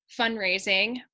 fundraising